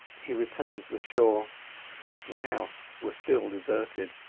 he returned to the shore the house was still deserted.